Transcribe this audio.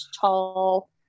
tall